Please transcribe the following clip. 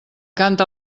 canta